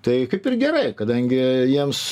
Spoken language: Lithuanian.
tai kaip ir gerai kadangi jiems